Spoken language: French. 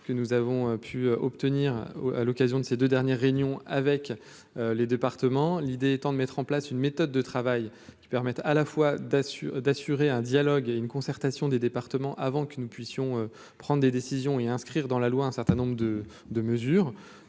que nous avons pu obtenir à l'occasion de ces 2 dernières réunions avec les départements, l'idée étant de mettre en place une méthode de travail qui permettent à la fois d'assurer d'assurer un dialogue et une concertation des départements avant que nous puissions prendre des décisions et à inscrire dans la loi un certain nombre de de mesures